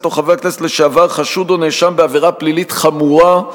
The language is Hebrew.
או חבר הכנסת לשעבר חשוד או נאשם בעבירה פלילית חמורה,